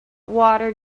water